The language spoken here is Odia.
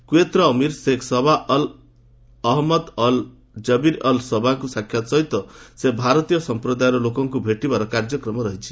କୁଏତ୍ର Amir Sheikh Sabah Al Ahmad Al Jaber Al ସବାହଙ୍କ ସାକ୍ଷାତ ସହିତ ସେ ଭାରତୀୟ ସହପ୍ରଦାୟର ଲୋକଙ୍କୁ ଭେଟିବାର କାର୍ଯ୍ୟକ୍ରମ ରହିଛି